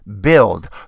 Build